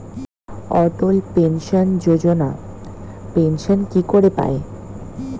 অটল pension Yojana pension কি করে পায়?